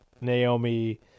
Naomi